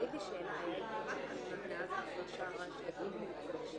עשינו פיילוט עם הרשויות המקומיות,